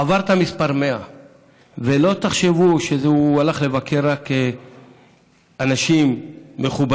הוא עבר את המספר 100. ולא תחשבו שהוא הלך לבקר רק אנשים מכובדים,